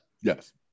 Yes